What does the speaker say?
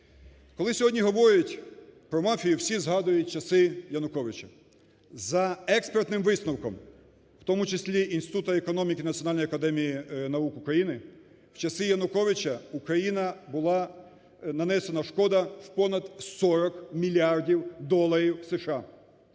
Коли сьогодні говорять про мафію, всі згадують часи Януковича. За експертним висновком, у тому числі Інституту економіки Національної академії наук України, в часи Януковича Україні була нанесена шкода в понад 40 мільярдів доларів США.